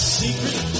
secret